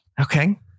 Okay